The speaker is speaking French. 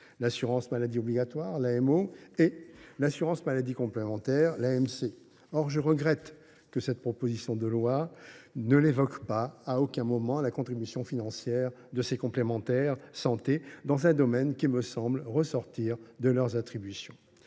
l’assurance maladie obligatoire (AMO) et l’assurance maladie complémentaire (AMC). Or je regrette que la proposition de loi n’évoque à aucun moment la contribution financière de ces complémentaires santé dans un domaine qui me semble ressortir de leurs attributions.